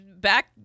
back